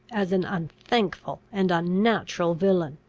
as an unthankful and unnatural villain.